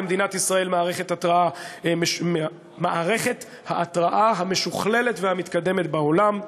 למדינת ישראל מערכת ההתרעה המשוכללת והמתקדמת בעולם.